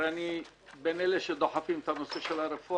הרי אני בין אלה שדוחפים את הנושא של הרפורמה.